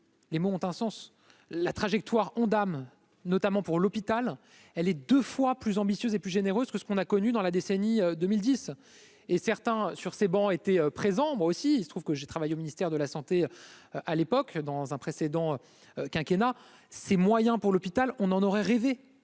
Les mots ont un sens, la trajectoire Ondam, notamment pour l'hôpital, elle est 2 fois plus ambitieuse et plus généreuse que ce qu'on a connu dans la décennie 2010 et certains sur ces bancs étaient présents, moi aussi, il se trouve que j'ai travaillé au ministère de la Santé à l'époque dans un précédent quinquennat ces moyens pour l'hôpital, on en aurait rêvé,